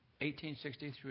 1863